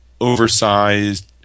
oversized